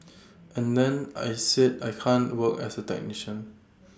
and then I said I can't work as A technician